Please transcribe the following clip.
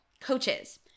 Coaches